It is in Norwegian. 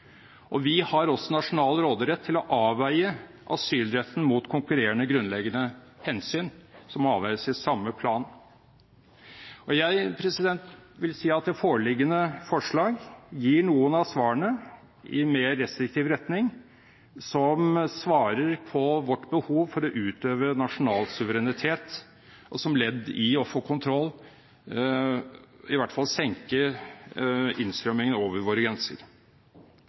og vi har også nasjonal råderett til å avveie asylretten mot konkurrerende grunnleggende hensyn, som må avveies i samme plan. Jeg vil si at det foreliggende forslag gir noen av svarene, i mer restriktiv retning, som svarer på vårt behov for å utøve nasjonal suverenitet, og som ledd i å få kontroll over – iallfall minske – innstrømmingen over våre grenser.